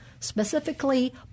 Specifically